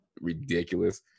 ridiculous